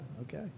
okay